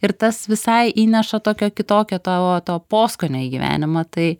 ir tas visai įneša tokio kitokio tavo to poskonio į gyvenimą tai